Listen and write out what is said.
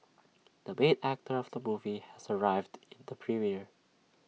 the main actor of the movie has arrived at the premiere